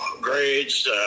grades